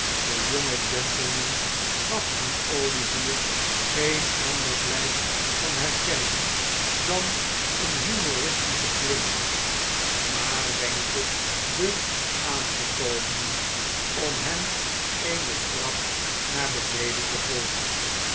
de jonge gentleman gaf aan o ivier geen ander blijk van herkenning dan een humoristischen glimlach maar wenkte de aangekomenen om hem eene trap naar beneden te volgen